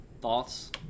Thoughts